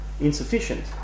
insufficient